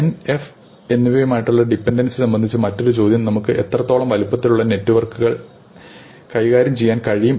N F എന്നിവയുമായുള്ള dependency സംബന്ധിച്ച മറ്റൊരു ചോദ്യം നമുക്ക് എത്രത്തോളം വലിപ്പത്തിലുള്ള നെറ്റ്വർക്കുകൾ കൈകാര്യം ചെയ്യാൻ കഴിയും